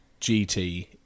GT